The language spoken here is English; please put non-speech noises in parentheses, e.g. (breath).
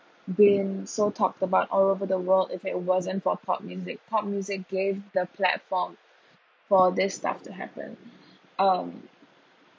been so talked about all over the world if it wasn't for pop music pop music gave the platform for this stuff to happen (breath) um